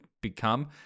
become